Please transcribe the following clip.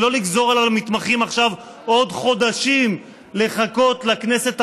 ולא לגזור על המתמחים עכשיו עוד חודשים לחכות לכנסת הבאה,